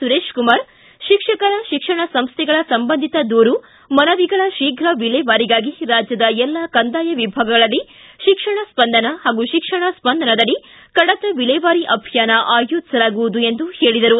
ಸುರೇಶಕುಮಾರ್ ಶಿಕ್ಷಕರ ಶಿಕ್ಷಣ ಸಂಸ್ಥೆಗಳ ಸಂಬಂಧಿತ ದೂರು ಮನವಿಗಳ ಶೀಘ ವಿಲೇವಾರಿಗಾಗಿ ರಾಜ್ಯದ ಎಲ್ಲ ಕಂದಾಯ ವಿಭಾಗಗಳಲ್ಲಿ ಶಿಕ್ಷಣ ಸ್ಪಂದನ ಹಾಗೂ ಶಿಕ್ಷಣ ಸ್ಪಂದನದಡಿ ಕಡತ ವಿಲೇವಾರಿ ಅಭಿಯಾನ ಆಯೋಜಿಸಲಾಗುವುದು ಎಂದು ಹೇಳಿದರು